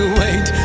wait